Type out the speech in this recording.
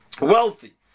wealthy